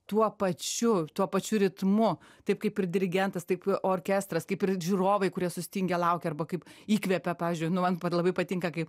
tuo pačiu tuo pačiu ritmu taip kaip ir dirigentas taip orkestras kaip ir žiūrovai kurie sustingę laukia arba kaip įkvepia pavyzdžiui nu man labai patinka kai